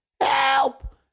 Help